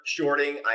shorting